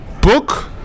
Book